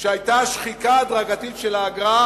שהיתה שחיקה הדרגתית של האגרה,